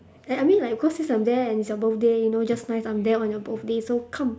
and I mean like because since I'm there and it's your birthday and you know just nice I'm there on your birthday so come